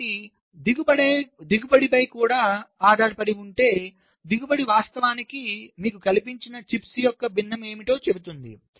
కాబట్టి దిగుబడిపై కూడా ఆధారపడి ఉంటే దిగుబడి వాస్తవానికి మీకు కల్పించిన చిప్స్ యొక్క భిన్నం ఏమిటో చెబుతుంది